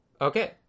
Okay